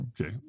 Okay